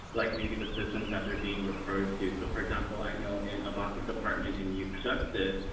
like, maybe the systems that they're being referred to, so, for example, i know in abbas's department, in youth justice,